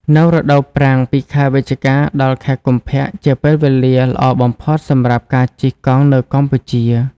នៅរដូវប្រាំងពីខែវិច្ឆិកា ដល់ ខែកុម្ភ ជាពេលវេលាល្អបំផុតសម្រាប់ការជិះកង់នៅកម្ពុជា។